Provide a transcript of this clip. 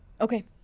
Okay